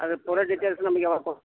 ಅದು ಪೂರಾ ಡಿಟೇಲ್ಸ್ ನಮ್ಗೆ ಯಾವಾಗ ಕೊಡು